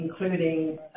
including